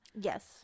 Yes